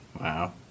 Wow